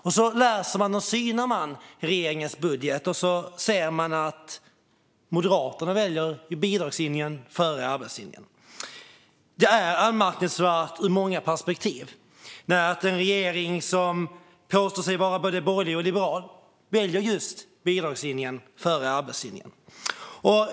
När man läser och synar regeringens budget ser man dock att Moderaterna väljer bidragslinjen före arbetslinjen. Det är anmärkningsvärt ur många perspektiv att en regering som påstår sig vara både borgerlig och liberal väljer just bidragslinjen före arbetslinjen.